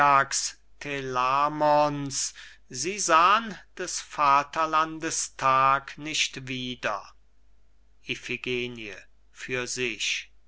sie sahn des vaterlandes tag nicht wieder iphigenie er schweigt